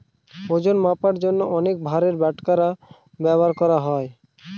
ওজন মাপার জন্য অনেক ভারের বাটখারা ব্যবহার করা হয়